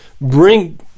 bring